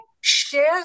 share